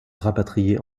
rapatrié